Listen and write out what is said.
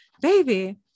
Baby